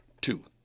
Two